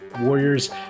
Warriors